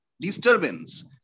disturbance